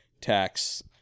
tax